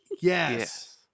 Yes